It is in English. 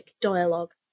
dialogue